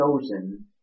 chosen